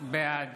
בעד